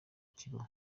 kibaho